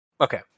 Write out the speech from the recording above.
Okay